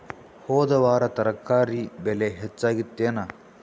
ಹೊದ ವಾರ ತರಕಾರಿ ಬೆಲೆ ಹೆಚ್ಚಾಗಿತ್ತೇನ?